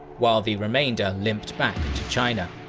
while the remainder limped back to china.